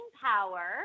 power